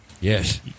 Yes